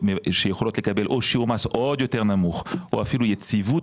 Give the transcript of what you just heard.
שיכולות לקבל או שיעור מס עוד יותר נמוך או אפילו יציבות